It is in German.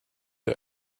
der